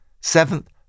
Seventh